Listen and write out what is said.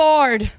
Lord